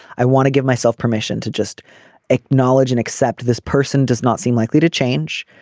i want to give myself permission to just acknowledge and accept this person does not seem likely to change.